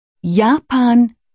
Japan